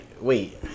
Wait